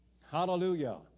Hallelujah